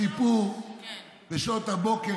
אתמול בשעות הבוקר,